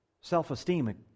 self-esteem